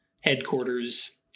headquarters